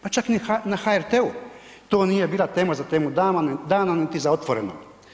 Pa čak ni na HRT-u to nije bila tema za temu dana niti za Otvoreno.